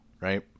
right